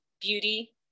beauty